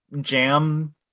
jam